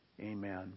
Amen